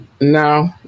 no